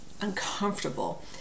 uncomfortable